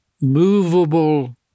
movable